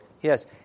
Yes